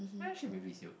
they should be